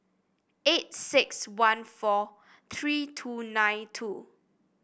eight six one four three two nine two